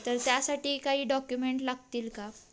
तर त्यासाठी काही डॉक्युमेंट लागतील का